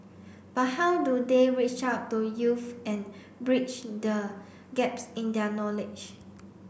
but how do they reach out to youths and bridge the gaps in their knowledge